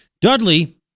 Dudley